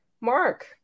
Mark